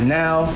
now